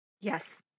Yes